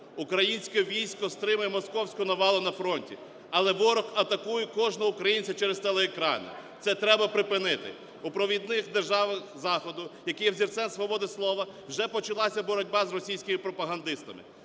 Українське військо стримує московську навалу на фронті, але ворог атакує кожного українця через телеекрани. Це треба припинити. У провідних державах Заходу, які є взірцем свободи слова, вже почалася боротьба з російськими пропагандистами.